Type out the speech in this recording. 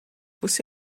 você